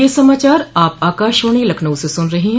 ब्रे क यह समाचार आप आकाशवाणी लखनऊ से सुन रहे हैं